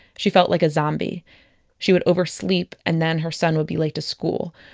she felt like a zombie she would oversleep and then her son would be late to school.